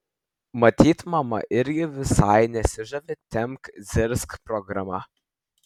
matyt mama irgi visai nesižavi tempk zirzk programa